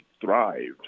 thrived